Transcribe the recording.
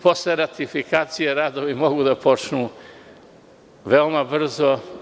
Posle ratifikacije radovi mogu da počnu veoma brzo.